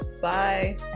Bye